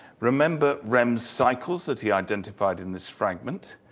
remember rehmes cycles that he identified in this fragment?